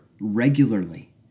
regularly